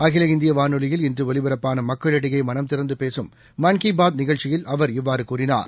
அகில இந்தியவானொலியில் இன்றுஒலிபரப்பானமக்களிடையேமனம் திறந்துபேசும் மன் கி பாத் நிகழ்ச்சியில் அவர் இவ்வாறுகூறினார்